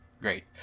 great